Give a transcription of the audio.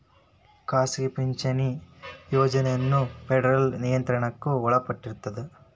ಖಾಸಗಿ ಪಿಂಚಣಿ ಯೋಜನೆಗಳ ಫೆಡರಲ್ ನಿಯಂತ್ರಣಕ್ಕ ಒಳಪಟ್ಟಿರ್ತದ